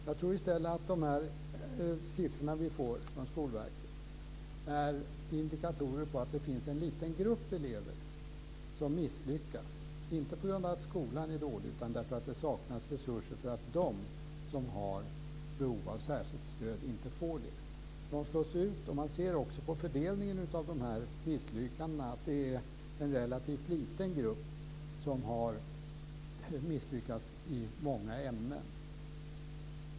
Jag tror i stället att de siffror som vi får från Skolverket är indikatorer på att det finns en liten grupp elever som misslyckas, inte på grund av att skolan är dålig utan därför att det saknas resurser för att de elever som har behov av särskilt stöd inte får det. De slås ut. Man ser också på fördelningen av dessa misslyckanden att det rör sig om en realtivt liten grupp som har underkänt betyg i många ämnen.